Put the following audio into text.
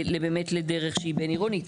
לדרך שהיא באמת בינעירונית.